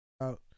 out